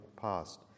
past